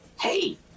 hey